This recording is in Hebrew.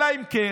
אלא אם כן